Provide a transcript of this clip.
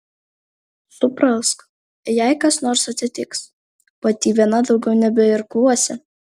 suprask jei kas nors atsitiks pati viena daugiau nebeirkluosi